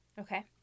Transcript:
Okay